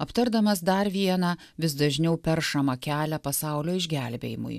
aptardamas dar vieną vis dažniau peršamą kelią pasaulio išgelbėjimui